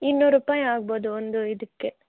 ಇನ್ನೂರು ರೂಪಾಯಿ ಆಗ್ಬೌದು ಒಂದು ಇದಕ್ಕೆ